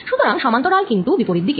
সুতরাং সমান্তরাল কিন্তু বিপরীত দিকে